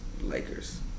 Lakers